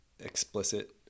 explicit